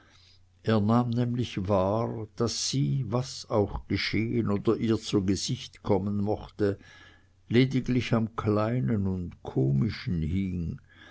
er nahm nämlich wahr daß sie was auch geschehen oder ihr zu gesicht kommen mochte lediglich am kleinen und komischen hing